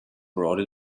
brought